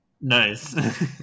Nice